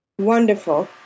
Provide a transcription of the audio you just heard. Wonderful